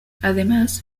además